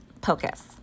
Pocus